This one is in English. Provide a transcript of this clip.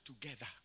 together